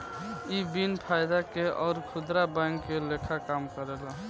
इ बिन फायदा के अउर खुदरा बैंक के लेखा काम करेला